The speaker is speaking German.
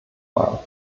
war